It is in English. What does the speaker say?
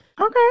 Okay